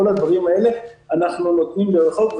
את כל הדברים האלה אנחנו נותנים מרחוק.